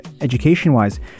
education-wise